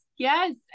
Yes